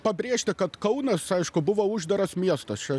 pabrėžti kad kaunas aišku buvo uždaras miestas čia